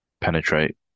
penetrate